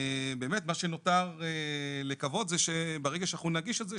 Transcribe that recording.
ובאמת מה שנותר לקוות זה שברגע שאנחנו נגיש את זה,